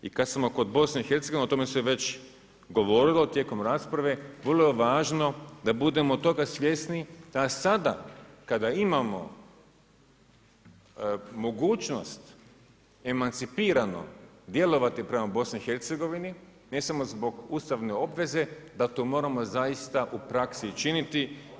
I kada smo kod BiH-a, o tome se već govorilo tijekom rasprave, vrlo je važno da budemo toga svjesni da sada kada imamo mogućnost emancipirano djelovati prema BiH-a, ne samo zbog ustavne obveze da to moramo zaista u praksi i činiti.